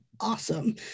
awesome